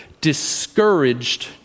discouraged